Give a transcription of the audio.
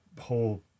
whole